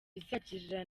bizagirira